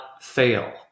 fail